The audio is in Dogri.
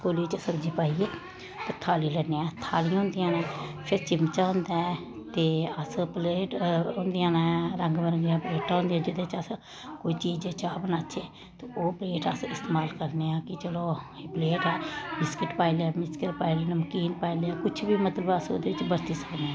कोली बिच्च सब्जी पाइयै थाली ते लैन्ने आं थालियां होदियां न फिर चिमचा होंदा ऐ ते अस प्लेट होंदियां न रंग बरंगियां प्लेटां होदियां जेह्दे च अस कोई चीज चाह् बनाचै ते ओह् प्लेट अस इस्तमाल करने आं कि चलो ओह् प्लेट बिस्किट पाई लैन्ने आं बिस्किट पाई लैन्ने नमकीन पाई लैन्ने आं कुछ बी मतलब अस ओहदे च बरती सकने आं